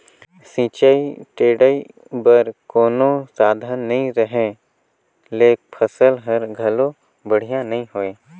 सिंचई टेड़ई बर कोनो साधन नई रहें ले फसल हर घलो बड़िहा नई होय